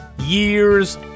years